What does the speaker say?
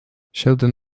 shelton